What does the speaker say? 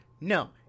No